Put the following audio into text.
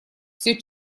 все